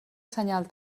senyal